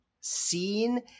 seen